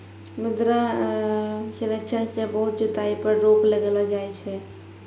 मृदा संरक्षण मे बहुत जुताई पर रोक लगैलो जाय छै